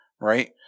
right